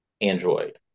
android